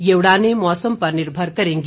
ये उड़ानें मौसम पर निर्भर करेंगी